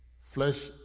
Flesh